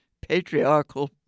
patriarchal